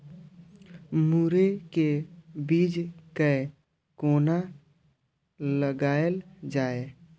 मुरे के बीज कै कोना लगायल जाय?